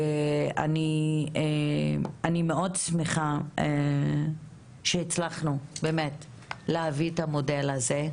אני מאוד שמחה שהצלחנו להביא את המודל הזה.